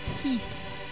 peace